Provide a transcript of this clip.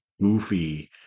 goofy